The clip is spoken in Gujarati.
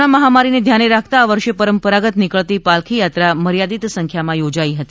કોરોના મહામારીને ધ્યાને રાખતા આ વર્ષે પરંપરાગત નિકળતી પાલખી યાત્રા મર્યાદિત સંખ્યામાં યોજાઈ હતી